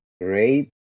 great